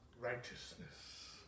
Righteousness